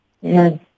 Yes